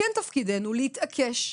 שכן תפקידנו להתעקש,